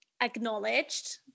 acknowledged